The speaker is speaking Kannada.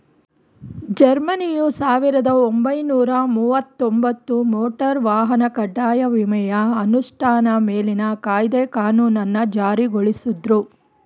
ಜರ್ಮನಿಯು ಸಾವಿರದ ಒಂಬೈನೂರ ಮುವತ್ತಒಂಬತ್ತು ಮೋಟಾರ್ ವಾಹನ ಕಡ್ಡಾಯ ವಿಮೆಯ ಅನುಷ್ಠಾ ಮೇಲಿನ ಕಾಯ್ದೆ ಕಾನೂನನ್ನ ಜಾರಿಗೊಳಿಸುದ್ರು